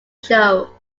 show